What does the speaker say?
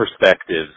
perspectives